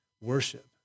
worship